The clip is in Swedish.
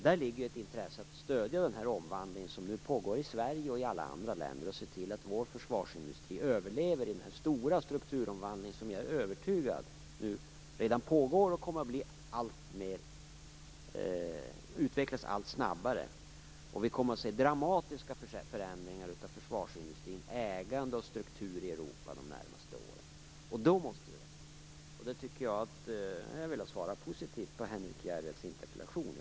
Där ligger ett intresse i att stödja den omvandling som nu pågår i Sverige och i alla andra länder och se till att vår försvarsindustri överlever i den stora strukturomvandling som jag är övertygad om redan nu pågår och kommer att utvecklas allt snabbare. Vi kommer att se dramatiska förändringar av försvarsindustrins ägande och struktur i Europa under de närmaste åren, och då måste vi vara med. Jag tycker att jag har svarat positivt på Henrik Järrels interpellation.